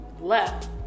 left